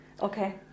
Okay